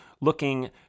looking